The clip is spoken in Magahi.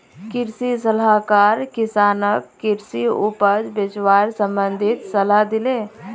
कृषि सलाहकार किसानक कृषि उपज बेचवार संबंधित सलाह दिले